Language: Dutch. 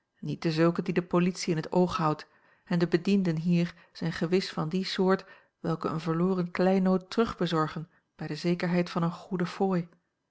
niet dezulken die de politie in t oog houdt en de bedienden hier zijn gewis van die soort welke een verloren kleinood terugbezorgen bij de zekerheid van eene goede fooi